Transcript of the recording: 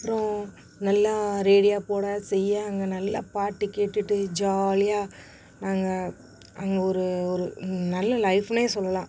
அப்றம் நல்லா ரேடியோ போட செய்ய அங்கே நல்லா பாட்டு கேட்டுட்டு ஜாலியாக அங்கே அங்கே ஒரு ஒரு நல்ல லைஃப்ன்னு சொல்லலாம்